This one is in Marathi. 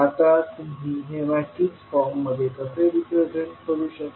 आता तुम्ही हे मॅट्रिक्स फॉर्ममध्ये कसे रिप्रेझेंट करू शकता